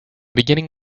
beginning